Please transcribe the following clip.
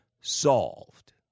solved